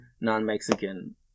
non-Mexican